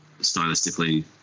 stylistically